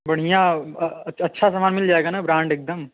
बढ़िया अच्छा सामान मिल जाएगा ना ब्राण्ड एकदम